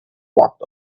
walked